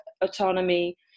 autonomy